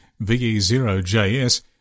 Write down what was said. VE0JS